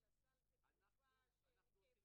שלנו מאוד ברורה.